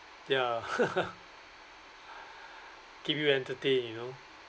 ya keep you entertained you know